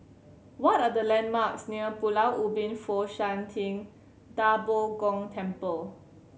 what are the landmarks near Pulau Ubin Fo Shan Ting Da Bo Gong Temple